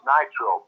Nitro